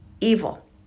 evil